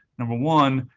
number one,